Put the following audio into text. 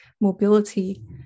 mobility